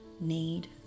need